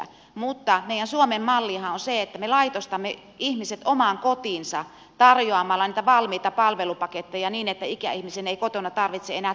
mutta meidän suomen mallihan on se että me laitostamme ihmiset omaan kotiinsa tarjoamalla niitä valmiita palvelupaketteja niin että ikäihmisen ei kotona tarvitse enää tehdä mitään